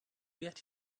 get